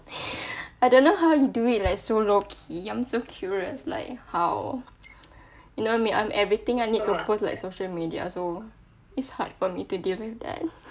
I don't know how you do it like so low key I'm so curious like how you know what I mean I'm everything I need to post like social media so it's hard for me to deal with that